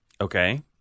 Okay